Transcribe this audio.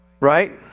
Right